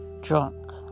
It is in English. drunk